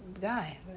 guy